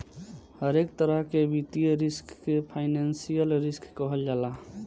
हरेक तरह के वित्तीय रिस्क के फाइनेंशियल रिस्क कहल जाला